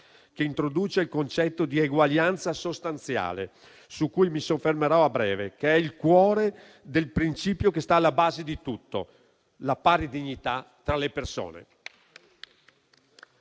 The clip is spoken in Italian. che introduce il concetto di eguaglianza sostanziale (su cui mi soffermerò a breve), è il cuore del principio che sta alla base di tutto: la pari dignità tra le persone.